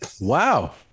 Wow